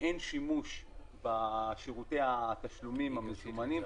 שאין שימוש בשירותי התשלומים המזומנים,